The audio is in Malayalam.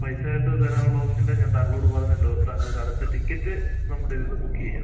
പൈസ ആയിട്ട് തരാനുള്ള ഓപ്ഷൻ്റെ ഞാൻ താങ്കളോട് പറഞ്ഞല്ലോ തങ്കളുടെ അടുത്ത ടിക്കറ്റ് നമ്മുടെ ഇതിൽനിന്ന് ബുക്ക് ചെയ്യാം